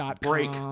Break